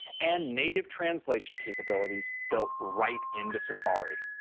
and native translation capabilities built right into safari.